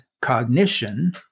cognition